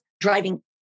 driving